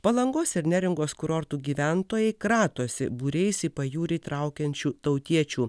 palangos ir neringos kurortų gyventojai kratosi būriais į pajūrį traukiančių tautiečių